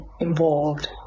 involved